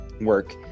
work